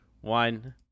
one